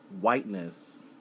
Whiteness